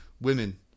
Women